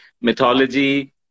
mythology